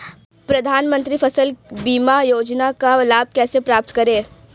प्रधानमंत्री फसल बीमा योजना का लाभ कैसे प्राप्त करें?